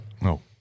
No